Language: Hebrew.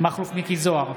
מכלוף מיקי זוהר,